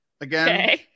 again